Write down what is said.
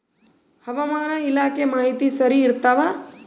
ಹವಾಮಾನ ಇಲಾಖೆ ಮಾಹಿತಿ ಸರಿ ಇರ್ತವ?